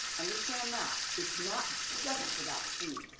understand that. it's not just about food.